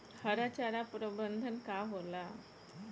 हरा चारा प्रबंधन का होला?